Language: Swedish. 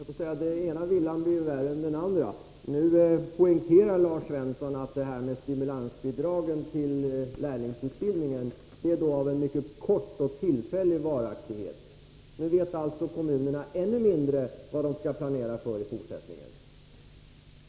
Herr talman! Den ena villan blir värre än den andra. Nu poängterar Lars Svensson att stimulansbidragen till lärlingsutbildningen är av en mycket kort och tillfällig varaktighet. Nu vet alltså kommunerna ännu mindre vad det är de skall planera för i fortsättningen.